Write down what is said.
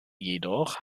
jedoch